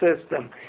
system